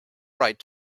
right